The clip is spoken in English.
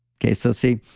okay, so see,